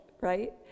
right